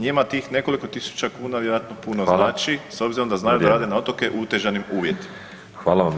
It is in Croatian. Njima tih nekoliko tisuća kuna vjerojatno puno znači [[Upadica: Hvala.]] s obzirom da znaju da rade na otoku u [[Upadica: Vrijeme.]] utežanim uvjetima.